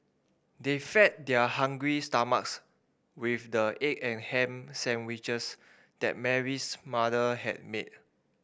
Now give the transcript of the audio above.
they fed their hungry stomachs with the egg and ham sandwiches that Mary's mother had made